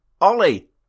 Ollie